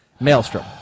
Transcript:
Maelstrom